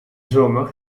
zomer